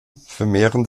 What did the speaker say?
vermehren